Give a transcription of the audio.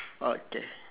okay